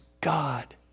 God